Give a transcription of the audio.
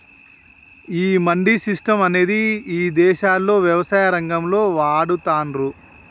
ఈ మండీ సిస్టం అనేది ఇదేశాల్లో యవసాయ రంగంలో వాడతాన్రు